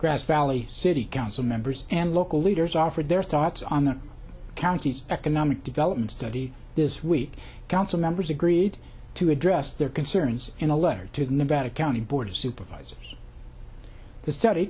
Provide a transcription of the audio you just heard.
grass valley city council members and local leaders offered their thoughts on the county's economic development study this week council members agreed to address their concerns in a letter to the nevada county board of supervisors the study